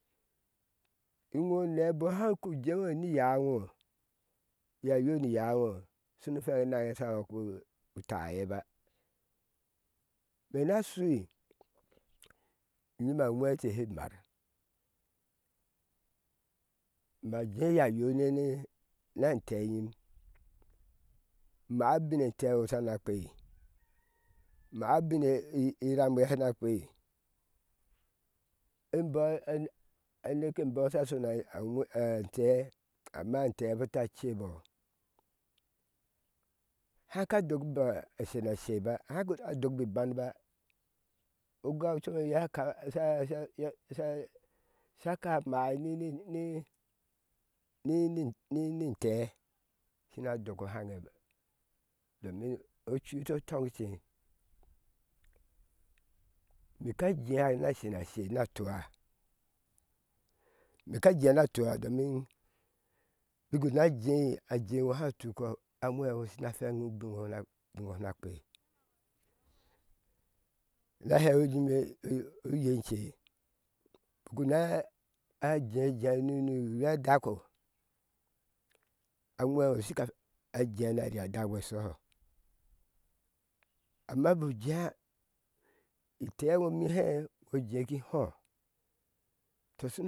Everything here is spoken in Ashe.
Iŋo unéé bik haku jeŋo ni inyaŋo a yoayo ni iyaa ŋo shunu fweŋ enan eye sha ɔɔk doye uta eyeba mema shui yima awhee entee she mar ma jee a yoayo nene na antee yim unaa ubine enteŋoshana kpei umar abin iramcye shana kpei inbɔɔ ana aneke embɔɔ sha shona antéè mma antee embɔɔ ata cebɔɔ haka adooki loɔɔ ashe ma sheba haka adoki bii banba ogua ocome eye aka sha sha sha sha ka mai ninini ninini intee shina doko ohan domi ocui otɔŋce mika jéé na shenashe na tua mika jea na tua domin bik na jea ajee ŋo haŋ ubiŋ una kpei naha yiki ime ence ku neha ajea ajea jea niuri a dak a wheŋo shika jei nuari adako shoho amma bik jea inteŋo mi héé u jee ki hɔɔ to shunu